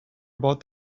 about